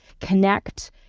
connect